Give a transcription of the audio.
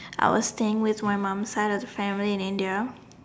I was staying with my mom's side of the family in India